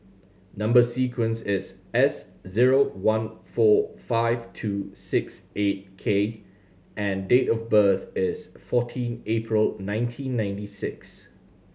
number sequence is S zero one four five two six eight K and date of birth is fourteen April nineteen ninety six